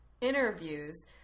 interviews